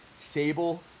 Sable